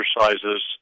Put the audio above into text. exercises